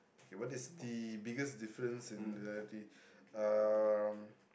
okay what is the biggest difference and similarity um